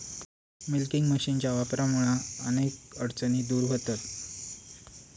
milking मशीनच्या वापरामुळा अनेक अडचणी दूर व्हतहत